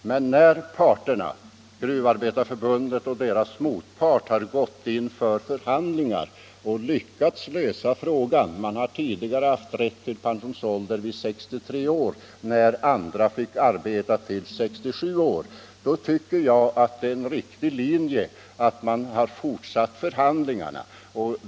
Men när parterna, Gruvförbundet och dess motpart, har gått in för förhandling och lyckats lösa frågan — gruvarbetarna har tidigare haft rätt till pension vid 63 år när andra fick arbeta till 67 — tycker jag att det är en riktig linje att fortsätta förhandla.